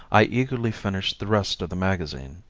i eagerly finished the rest of the magazine.